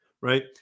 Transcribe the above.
right